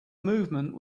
movement